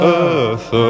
earth